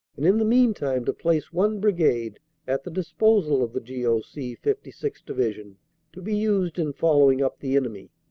and in the meantime to place one brigade at the disposal of the g o c. fifty sixth. division to be used in following up the enemy.